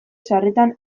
sarritan